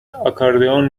آکاردئون